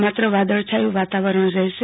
માત્ર વાદળછાયું વાતાવરણ રહેશે